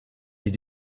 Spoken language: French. est